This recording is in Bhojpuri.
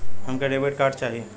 हमके डेबिट कार्ड चाही?